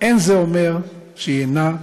אין זה אומר שהיא אינה נכונה.